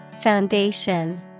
Foundation